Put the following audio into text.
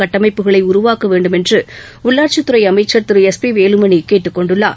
கட்டமைப்புகளை உருவாக்க வேன்டும் என்று உள்ளாட்சித் துறை அமைச்சர் திரு எஸ் பி வேலுமணி கேட்டுக் கொண்டுள்ளார்